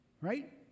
right